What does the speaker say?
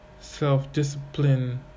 self-discipline